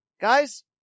Guys